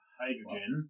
hydrogen